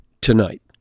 tonight